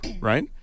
right